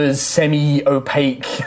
semi-opaque